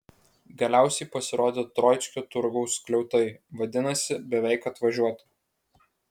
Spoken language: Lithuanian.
galiausiai pasirodė troickio turgaus skliautai vadinasi beveik atvažiuota